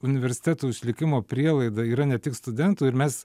universitetų išlikimo prielaida yra ne tik studentų ir mes